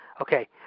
Okay